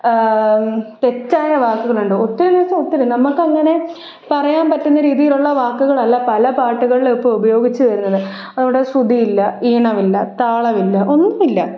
തെറ്റായ വാക്കുകളുണ്ട് ഒത്തിരീന്ന് വച്ചാല് ഒത്തിരി നമുക്കങ്ങനെ പറയാന് പറ്റുന്ന രീതിയിലുള്ള വാക്കുകളല്ല പല പാട്ടുകളിലിപ്പോള് ഉപയോഗിച്ചു വരുന്നത് അവിടെ ശ്രുതി ഇല്ല ഈണമില്ല താളമില്ല ഒന്നുമില്ല